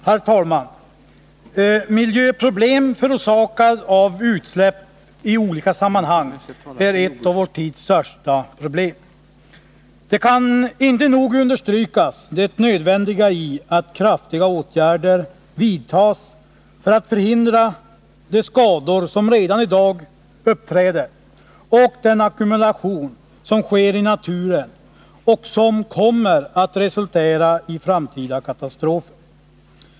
Herr talman! Miljöförstöring förorsakad av utsläpp i olika sammanhang är ett av vår tids största problem. Man kan inte nog understryka det nödvändiga i att kraftiga åtgärder vidtas för att förhindra de skador som redan i dag uppträder och den ackumulation som sker i naturen och som kommer att resultera i framtida katastrofer.